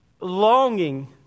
longing